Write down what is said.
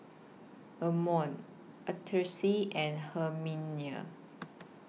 Amon Artis and Herminia